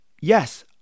yes